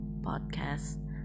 Podcast